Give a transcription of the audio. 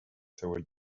toward